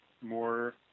more